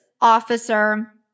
officer